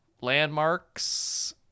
landmarks